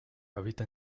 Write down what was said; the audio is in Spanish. habita